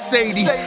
Sadie